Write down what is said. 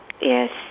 Yes